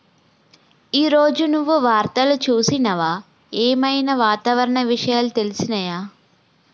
ఈ రోజు నువ్వు వార్తలు చూసినవా? ఏం ఐనా వాతావరణ విషయాలు తెలిసినయా?